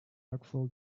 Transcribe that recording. artful